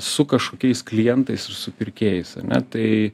su kažkokiais klientais ir supirkėjais ar ne tai